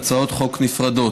להצעות חוק נפרדות,